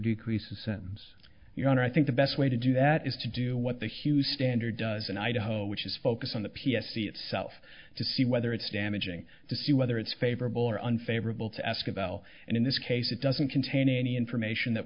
decrease the sentence your honor i think the best way to do that is to do what the hugh standard does in idaho which is focus on the p s c itself to see whether it's damaging to see whether it's favorable or unfavorable to ask about and in this case it doesn't contain any information that